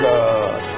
God